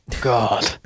God